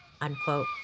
unquote